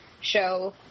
show